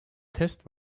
test